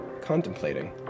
contemplating